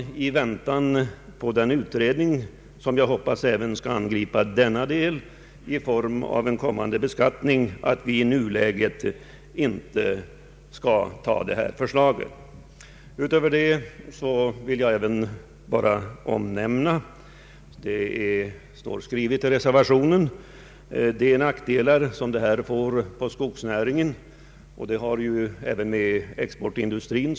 I avvaktan på den utredning som jag hoppas även skall angripa denna del av problematiken i form av en kommande beskattning bör vi i nuläget inte gå med på föreliggande förslag. Härutöver vill jag bara framhålla, såsom även anförs i reservationen, de nackdelar som förslaget medför för skogsnäringen och som även kommer att påverka exportindustrin.